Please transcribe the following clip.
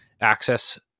access